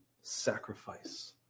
sacrifice